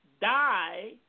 die